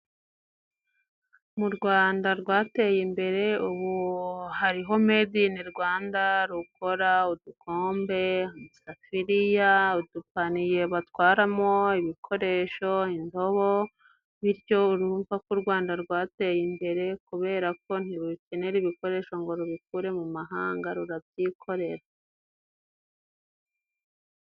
Mu Rwanda rwateye imbere ubu hariho mede inirwanda rukora udukombe, isafiriya, udupaniye batwaramo ibikoresho, indobo bityo urumva ko u Rwanda rwateye imbere, kubera ko ntirukenera ibikoresho ngo rubikure mu mahanga rurabyikorera.